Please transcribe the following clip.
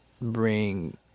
bring